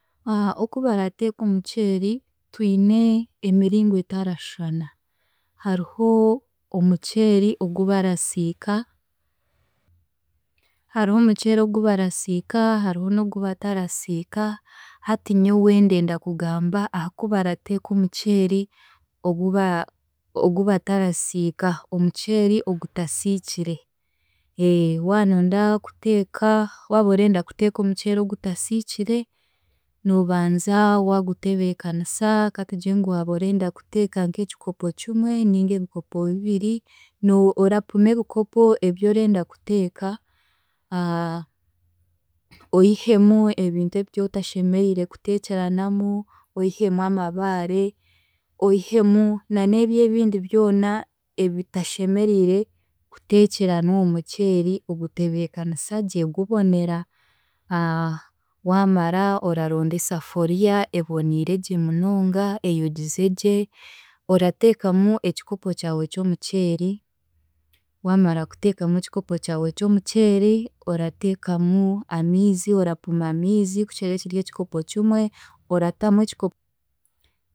Okubarateeka omuceeri, twine emiringo etarashwana. Hariho omuceeri ogu barasiika, hariho omuceeri ogu barasiika hariho n'ogu batarasiika, hati nyowe ndenda kugamba aha kubarateeka omuceeri oguba ogubatarasiika, omuceeri ogutasiikire. Waanoyenda kuteeka, waaba orenda kuteeka ogutasiikire, noobanza waagutebeekanisa katugire ngu waaba orenda kuteeka nk'ekikopo kimwe ninga ebikopo bibiri, no orapima ebikopo ebyorenda kuteeka, oihemu ebintu ebi otashemeriire kuteekyeranamu, oihemu amabaare, oihemu na n'ebyo ebindi byona ebitashemeriire kuteekyerana omu muceeri, ogutebeekanisa gye gubonera. Waamara oraronda esafuriya eboniiregye munonga, eyogize gye, orateekamu ekikopo kyawe ky'omuceeri, waamara kuteekamu ekikopo kyawe ky'omuceeri, orateekamu amiizi orapima amiizi kukiraabe kiri ekikopo kimwe oratamu ekikopo